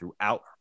throughout